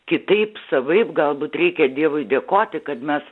kitaip savaip galbūt reikia dievui dėkoti kad mes